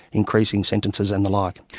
increasing sentences and the like.